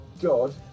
God